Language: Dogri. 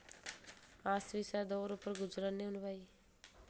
अस बी इस्सै दौर उप्पर गुजरा ने हून भाई